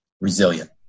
resilient